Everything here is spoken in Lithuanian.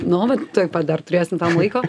nu vat tuoj pat dar turėsim tam laiko